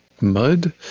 mud